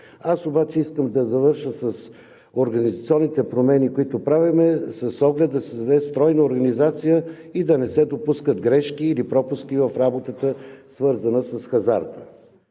Аз обаче искам да завърша с организационните промени, които правим, с оглед да се създаде стройна организация и да не се допускат грешки или пропуски в работата, свързана с хазарта.